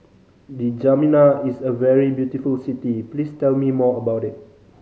N'Djamena is a very beautiful city please tell me more about it